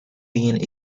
being